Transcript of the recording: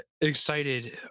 excited